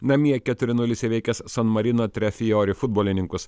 namie keturi nulis įveikęs san marino trefijori futbolininkus